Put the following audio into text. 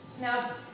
Now